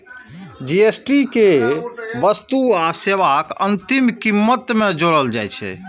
GST कें वस्तु आ सेवाक अंतिम कीमत मे जोड़ल जाइ छै